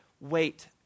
wait